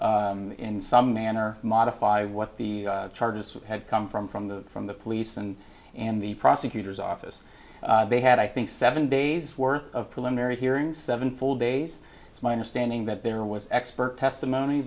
to in some manner modify what the charges have come from from the from the police and and the prosecutor's office they had i think seven days worth of preliminary hearing seven full days it's my understanding that there was expert testimony